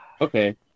Okay